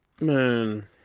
Man